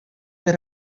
der